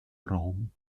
raum